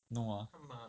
no ah